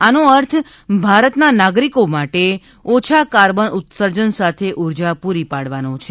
આનો અર્થ ભારતના નાગરિકો માટે ઓછા કાર્બન ઉત્સર્જન સાથે ઊર્જા પૂરી પાડવાનો છે